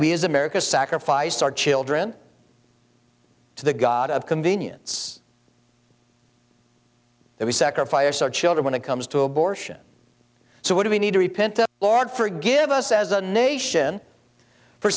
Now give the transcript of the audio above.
we as americans sacrifice our children to the god of convenience that we sacrifice our children when it comes to abortion so what do we need to repent to large forgive us as a nation for